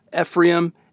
Ephraim